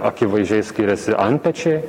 akivaizdžiai skiriasi antpečiai